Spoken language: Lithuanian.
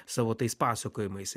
savo tais pasakojimais